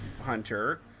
Hunter